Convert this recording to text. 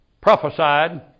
prophesied